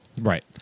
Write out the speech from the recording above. Right